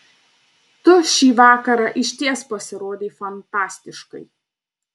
tu šį vakarą išties pasirodei fantastiškai